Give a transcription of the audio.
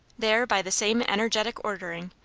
there, by the same energetic ordering,